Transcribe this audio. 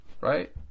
right